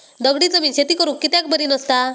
दगडी जमीन शेती करुक कित्याक बरी नसता?